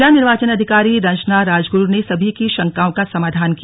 जिला निर्वाचन अधिकारी रंजना राजगुरु ने सभी की शंकाओं का समाधान किया